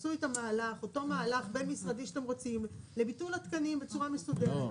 תעשו את אותו מהלך בין משרדי שאתם רוצים לביטול התקנים בצורה מסודרת.